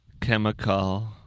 Chemical